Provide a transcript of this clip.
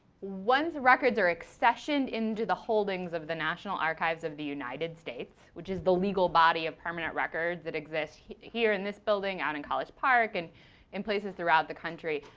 once records are accessioned into the holdings of the national archives of the united states, which is the legal body of permanent records, it exists here in this building, out in college park and places throughout the country.